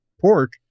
pork